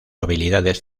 habilidades